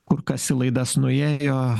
kur kas į laidas nuėjo